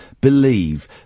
believe